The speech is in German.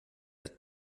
hat